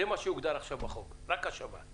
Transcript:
זה מה שהוגדר עכשיו בחוק, רק השבה.